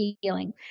healing